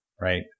right